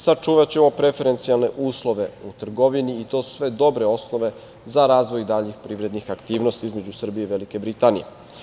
Sačuvaćemo preferencijalne uslove u trgovini i to su sve dobre osnove za razvoj daljih privrednih aktivnosti između Srbije i Velike Britanije.